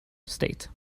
state